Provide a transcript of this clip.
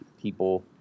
people